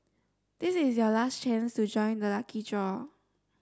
this is your last chance to join the lucky draw